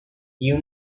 you